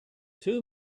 two